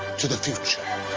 to the future.